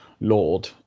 Lord